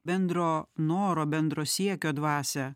bendro noro bendro siekio dvasią